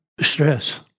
stress